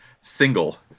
single